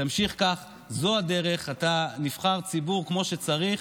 תמשיך כך, זו הדרך, אתה נבחר ציבור כמו שצריך.